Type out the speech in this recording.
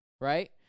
Right